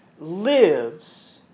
lives